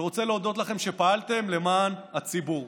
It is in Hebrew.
אני רוצה להודות לכם שפעלתם למען הציבור,